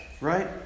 Right